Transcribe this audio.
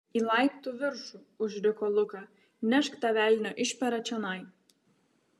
į laiptų viršų užriko luka nešk tą velnio išperą čionai